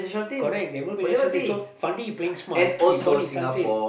correct there won't be something so Fandis playing smart he bought his son same